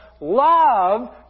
love